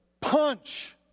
punch